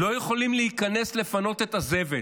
לא יכולים להיכנס לפנות את הזבל.